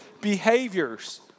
behaviors